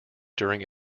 during